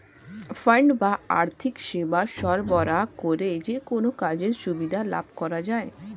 fund বা আর্থিক সেবা সরবরাহ করে যেকোনো কাজের সুবিধা লাভ করা যায়